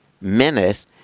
minute